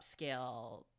upscale